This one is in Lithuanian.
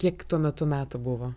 kiek tuo metu metų buvo